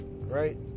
right